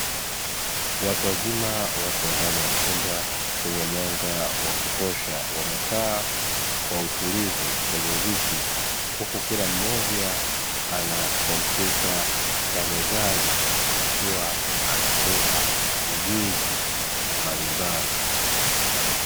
Watu wazima wapo ndani ya chumba chenye mwanga wa kutosha, wamekaa kwa utulivu kwneye viti huku kila mmoja ana kompyuta ya mezani akiwa anapewa ujuzi mbalimbali.